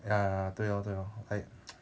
ya ya 对 lor 对 lor I